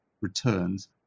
returns